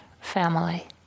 family